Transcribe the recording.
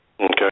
Okay